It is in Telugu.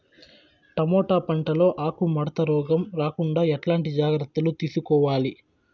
టమోటా పంట లో ఆకు ముడత రోగం రాకుండా ఎట్లాంటి జాగ్రత్తలు తీసుకోవాలి?